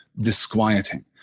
disquieting